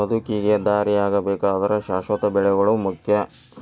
ಬದುಕಿಗೆ ದಾರಿಯಾಗಬೇಕಾದ್ರ ಶಾಶ್ವತ ಬೆಳೆಗಳು ಮುಖ್ಯ